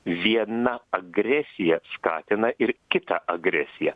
viena agresija skatina ir kita agresiją